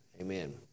amen